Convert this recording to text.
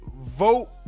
vote